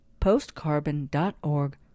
postcarbon.org